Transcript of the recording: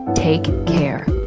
take care.